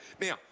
Now